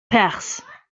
perzh